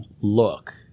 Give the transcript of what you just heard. look